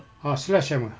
ah sledgehammer